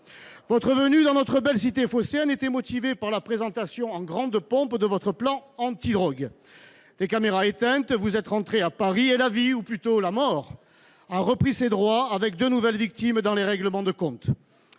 Votre venue dans notre belle cité phocéenne était motivée par la présentation en grande pompe de votre plan antidrogue. Les caméras éteintes, vous êtes rentré à Paris, et la vie, ou plutôt la mort, a repris ses droits, avec deux nouvelles victimes à l'occasion de règlements de compte.